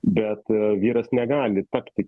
bet vyras negali tapti